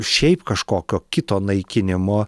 šiaip kažkokio kito naikinimo